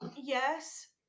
yes